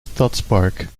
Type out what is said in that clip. stadspark